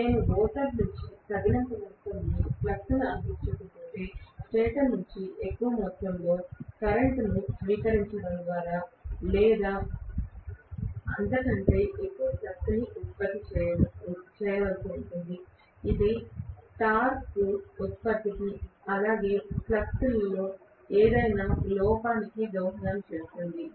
నేను రోటర్ నుండి తగినంత మొత్తంలో ఫ్లక్స్ను అందించకపోతే స్టేటర్ నుండి ఎక్కువ మొత్తంలో కరెంట్ను గీయడం ద్వారా ఎక్కువ లేదా అంతకంటే ఎక్కువ ఫ్లక్స్ ఉత్పత్తి చేయవలసి ఉంటుంది ఇది టార్క్ ఉత్పత్తికి అలాగే ఫ్లక్స్లో ఏదైనా లోపానికి దోహదం చేస్తుంది